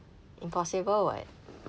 impossible [what]